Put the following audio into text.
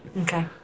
Okay